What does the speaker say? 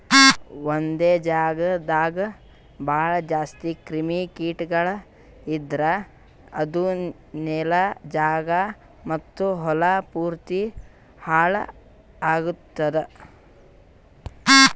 ಒಂದೆ ಜಾಗದಾಗ್ ಭಾಳ ಜಾಸ್ತಿ ಕ್ರಿಮಿ ಕೀಟಗೊಳ್ ಇದ್ದುರ್ ಅದು ನೆಲ, ಜಾಗ ಮತ್ತ ಹೊಲಾ ಪೂರ್ತಿ ಹಾಳ್ ಆತ್ತುದ್